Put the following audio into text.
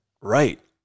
Right